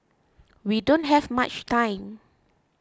we don't have much time